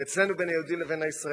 ואצלנו בין היהודי לבין הישראלי,